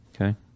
Okay